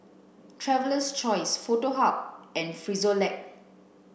traveler's Choice Foto Hub and Frisolac